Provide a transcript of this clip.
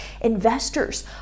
Investors